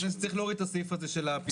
שצריך להוריד את הסעיף הזה של הפיטורים.